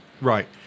Right